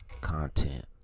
Content